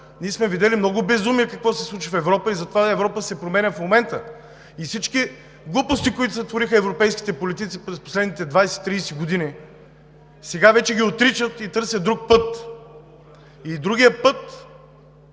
Ние сме видели много безумия какво се случва в Европа и затова Европа се променя в момента. Всички глупости, които сътвориха европейските политици през последните 20 – 30 години, сега вече ги отричат и търсят друг път. Другия път